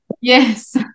Yes